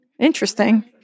interesting